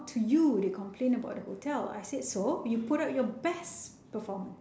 to you they will complain about the hotel I said so you put up your best performance